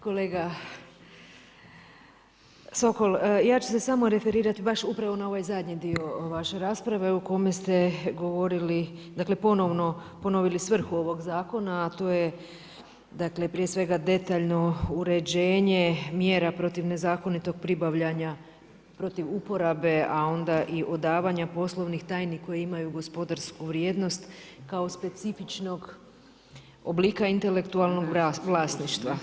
Kolega Sokol, ja ću se samo referirati baš upravo na ovaj zadnji dio vaše rasprave u kojem ste govoriti ponovo, dakle ponovili svrhu ovog zakona a to je dakle prije svega detaljno uređenje mjera protiv nezakonitog pribavljanja, protiv uporabe a onda i odavanja poslovnih tajne koje imaju gospodarsku vrijednost kao specifičnog oblika intelektualnog vlasništva.